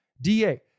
DA